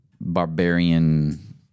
barbarian